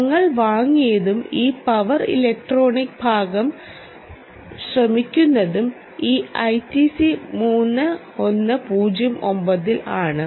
ഞങ്ങൾ വാങ്ങിയതും ഈ പവർ ഇലക്ട്രോണിക് ഭാഗം ശ്രമിക്കുന്നതും ഈ ഐടിസി 3109ൽ ആണ്